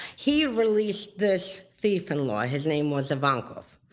he released this thief in law. his name was ivankov,